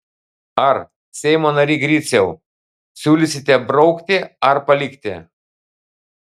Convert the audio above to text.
ar seimo nary griciau siūlysite braukti ar palikti